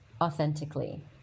authentically